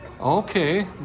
Okay